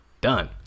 Done